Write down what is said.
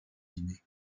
dîners